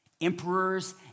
emperors